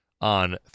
on